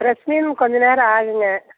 fresh மீன் கொஞ்சம் நேரம் ஆகும்ங்க